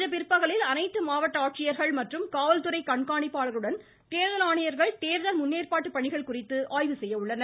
இன்று பிற்பகலில் அனைத்து மாவட்ட ஆட்சியர்கள் மற்றும் காவல்துறை கண்காணிப்பாளாகளுடன் தேர்தல் ஆணையர்கள் தேர்ல் முன்னேற்பாட்டு பணிகள் குறித்து ஆய்வு செய்ய உள்ளனர்